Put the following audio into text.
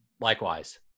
Likewise